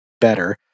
better